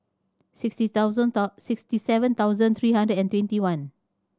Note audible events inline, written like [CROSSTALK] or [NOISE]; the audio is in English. sixty thousand [UNINTELLIGIBLE] sixty seven thousand three hundred and twenty one